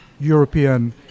European